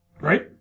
right